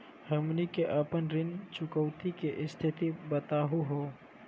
हमनी के अपन ऋण चुकौती के स्थिति बताहु हो?